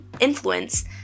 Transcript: influence